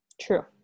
True